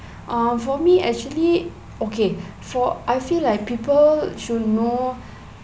uh for me actually okay for I feel like people should know